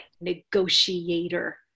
negotiator